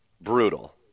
Brutal